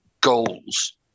goals